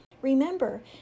Remember